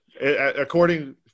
according